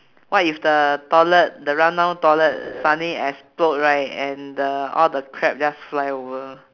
what if the toilet the run-down toilet suddenly explode right and the all the crap just fly over